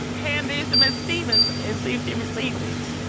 hand these to miss stephens and see if she received these?